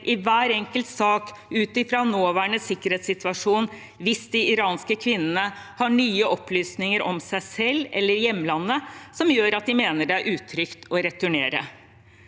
i hver enkelt sak ut fra nåværende sikkerhetssituasjon hvis de iranske kvinnene har nye opplysninger om seg selv eller hjemlandet som gjør at de mener det er utrygt å returnere.